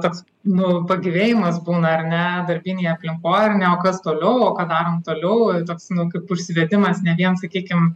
toks nu pagyvėjimas būna ar ne darbinėj aplinkoj ar ne o kas toliau o ką darom toliau ir toks nu kaip užsivedimas ne vien sakykim